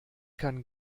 kann